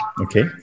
Okay